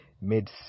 made